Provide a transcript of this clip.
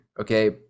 Okay